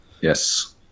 Yes